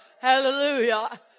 hallelujah